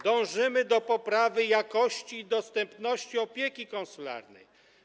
Dążymy do poprawy jakości i dostępności opieki konsularnej.